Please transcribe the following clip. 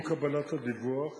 עם קבלת הדיווח